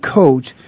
coach